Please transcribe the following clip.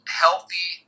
healthy